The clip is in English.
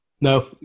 No